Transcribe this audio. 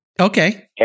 Okay